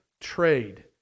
trade